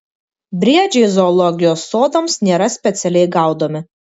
briedžiai zoologijos sodams nėra specialiai gaudomi